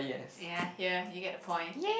ya here you get the point